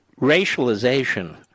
racialization